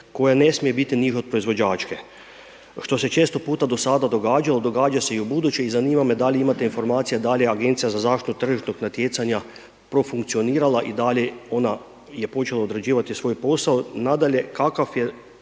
koja ne smije biti niža od proizvođačke, što se često puta do sada događalo, događa se i u buduće i zanima me da li imate informacije da li Agencija za zaštitu tržišnog natjecanja profunkcionirala i da li ona je počela odrađivati svoj posao. Nadalje, kakav je,